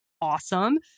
awesome